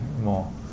more